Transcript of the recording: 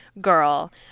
girl